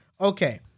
Okay